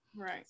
right